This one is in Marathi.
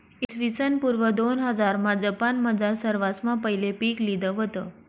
इसवीसन पूर्व दोनहजारमा जपानमझार सरवासमा पहिले पीक लिधं व्हतं